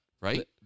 Right